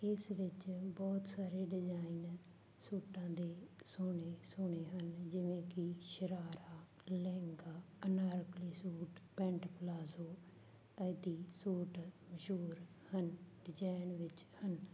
ਇਸ ਵਿੱਚ ਬਹੁਤ ਸਾਰੇ ਡਿਜਾਈਨ ਸੂਟਾਂ ਦੇ ਸੋਹਣੇ ਸੋਹਣੇ ਹਨ ਜਿਵੇਂ ਕਿ sharara lehenga anarkali suit pant palazzo ਆਦਿ ਸੂਟ ਮਸ਼ਹੂਰ ਹਨ ਡਿਜਾਇਨ ਵਿੱਚ ਹਨ